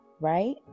right